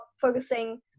focusing